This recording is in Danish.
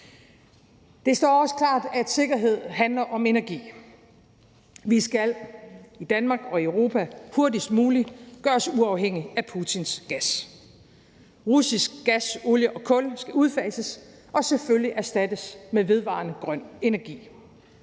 Det står også klart, at sikkerhed handler om energi. Vi skal i Danmark og i Europa hurtigst muligt gøre os uafhængige af Putins gas. Russisk gas, olie og kul skal udfases og selvfølgelig erstattes med vedvarende, grøn energi.